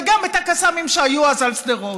וגם את הקסאמים שהיו אז על שדרות.